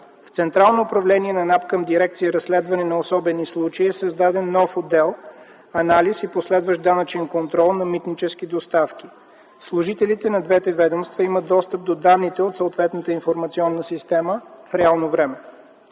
В Централното управление на НАП към дирекция „Разследване на особени случаи” е създаден нов отдел „Анализ и последващ данъчен контрол на митнически доставки”. Служителите на двете ведомства имат достъп до данните от съответната информационна система в реално време.